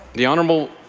the honourable